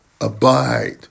abide